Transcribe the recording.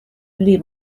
pli